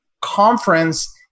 conference